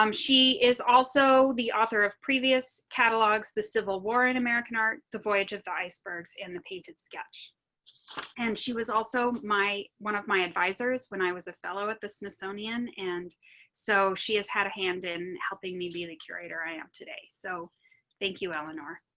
um she is also the author of previous catalogs, the civil war in american art. the voyage of icebergs in the painted sketch and she was also my one of my advisors. when i was a fellow at the smithsonian. and so she has had a hand in helping me be the curator, i am today. so thank you, eleanor